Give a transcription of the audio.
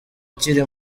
akiri